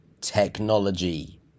technology